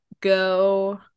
go